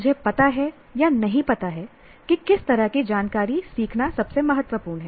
मुझे पता है या नहीं पता है कि किस तरह की जानकारी सीखना सबसे महत्वपूर्ण है